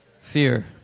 fear